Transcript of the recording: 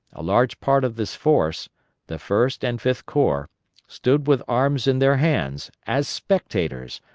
a large part of this force the first and fifth corps stood with arms in their hands, as spectators,